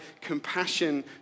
compassion